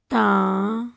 ਤਾਂ